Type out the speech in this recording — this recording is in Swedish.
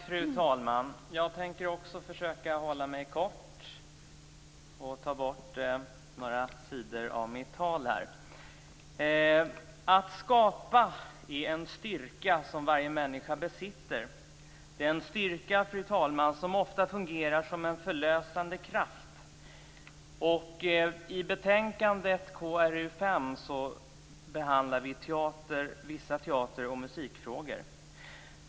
Fru talman! Jag tänker också försöka vara kortfattad och ta bort några sidor av mitt tal. Att skapa är en styrka som varje människa besitter. Det är en styrka, fru talman, som ofta fungerar som en förlösande kraft. I betänkandet KrU5 behandlar vi vissa teater och musikfrågor.